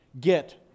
get